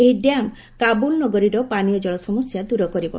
ଏହି ଡ୍ୟାମ କାବୁଲ ନଗରୀର ପାନୀୟ ଜଳ ସମସ୍ୟା ଦୂର କରିବ